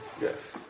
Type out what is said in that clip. yes